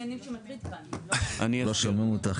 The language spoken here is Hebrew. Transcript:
אני אסביר אדוני יושב הראש.